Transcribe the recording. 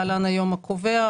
להלן היום הקובע,